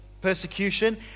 Persecution